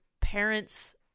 parents